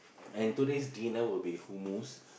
and today's dinner will be Humus